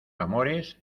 amores